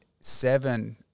seven